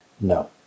No